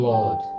Lord